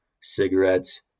cigarettes